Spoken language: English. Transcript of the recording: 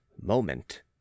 moment